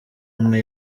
amwe